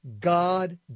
God